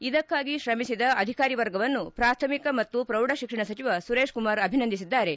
ಇದಕ್ಕಾಗಿ ತ್ರಮಿಸಿದ ಅಧಿಕಾರಿ ವರ್ಗವನ್ನು ಪಾಥಮಿಕ ಮತ್ತು ಪ್ರೌಢ ಶಿಕ್ಷಣ ಸಚಿವ ಸುರೇಶ್ ಕುಮಾರ್ ಅಭಿನಂದಿಸಿದ್ದಾರೆ